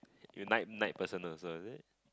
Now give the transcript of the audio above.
you night night person also is it